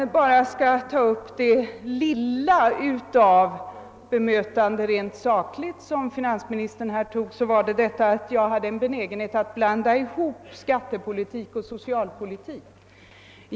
| Det lilla av rent sakligt bemötande som förekom från finansministerns sida gick ut på att jag skulle ha en benägenhet att blanda ihop skattepolitik och socialpolitik.